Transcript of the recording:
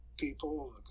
People